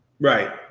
Right